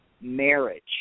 marriage